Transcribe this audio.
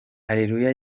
areruya